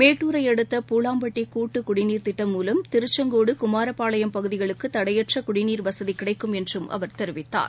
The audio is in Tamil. மேட்டுரையடுத்த பூளாம்பட்டி கூட்டுக்குடிநீர்த் திட்டம் மூலம் திருச்செங்கோடு குமாரபாளையம் பகுதிகளுக்கு தடையற்ற குடிநீர் வசதி கிடைக்கும் என்றும் அவர் தெரிவித்தார்